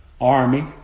army